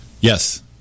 Yes